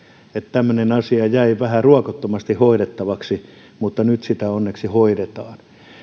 tämmöinen asia jäi vähän ruokottomasti hoidettavaksi mutta nyt sitä onneksi hoidetaan